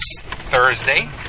Thursday